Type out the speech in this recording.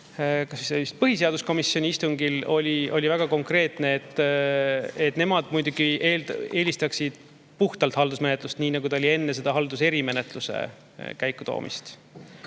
seisukoht põhiseaduskomisjoni istungil oli väga konkreetne: nemad muidugi eelistaksid puhtalt haldusmenetlust, nii nagu see oli enne selle erihaldusmenetluse käiku toomist. Mis